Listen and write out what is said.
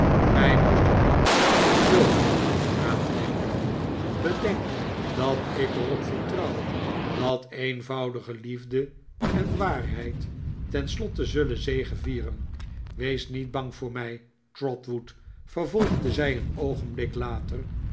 gij moest er niet zooveel aan denken bedenk dat ik er op vertrouw dat eenvoudige liefde en waarheid ten slotte zullen zegevieren wees niet bang voor mij trotwood vervolgde zij een oogenblik later